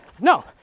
No